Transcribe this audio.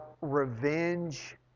revenge